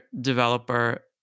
developer